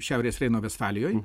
šiaurės reino vestfalijoj